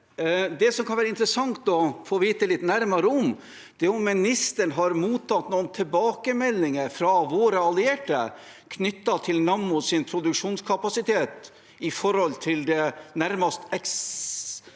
Det som kan være interessant å få vite litt mer om, er om ministeren har mottatt noen tilbakemeldinger fra våre allierte, knyttet til Nammo sin produksjonskapasitet i forhold til det nærmest eksponentielt